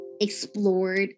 explored